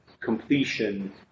completion